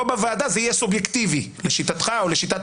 פה בוועדה זה יהיה סובייקטיבי לשיטתך או לשיטת